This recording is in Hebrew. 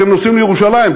אתם נוסעים לירושלים,